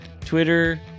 twitter